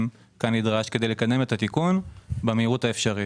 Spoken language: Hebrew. כנדרש כדי לקדם את התיקון במהירות האפשרית.